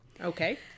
Okay